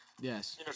Yes